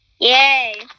Yay